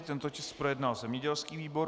Tento tisk projednal zemědělský výbor.